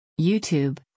YouTube